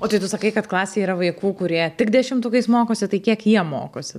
o tai tu sakai kad klasėj yra vaikų kurie tik dešimtukais mokosi tai kiek jie mokosi